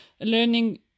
learning